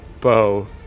bow